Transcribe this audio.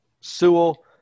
Sewell